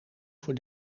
voor